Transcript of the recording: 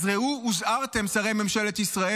אז ראו הוזהרתם, שרי ממשלת ישראל.